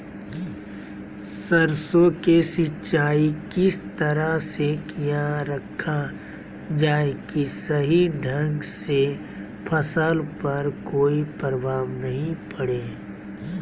सरसों के सिंचाई किस तरह से किया रखा जाए कि सही ढंग से फसल पर कोई प्रभाव नहीं पड़े?